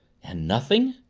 and nothing?